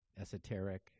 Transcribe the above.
esoteric